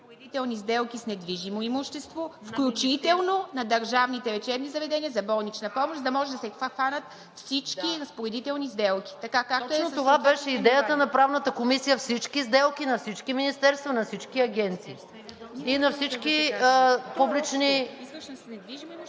на разпоредителни сделки с недвижимо имущество, включително на държавните лечебни заведения за болнична помощ“, за да може да се обхванат всички разпоредителни сделки. МАЯ МАНОЛОВА: Точно това беше идеята на Правната комисия – всички сделки на всички министерства, на всички агенции и на всички публични…